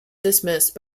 dismissed